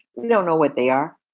know know what they are.